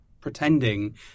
pretending